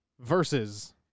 versus